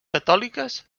catòliques